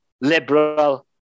liberal